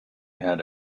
had